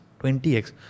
20x